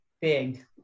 big